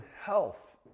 health